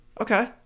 okay